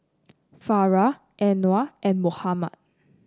Farah Anuar and Muhammad